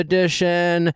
Edition